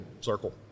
circle